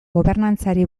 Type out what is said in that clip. gobernantzari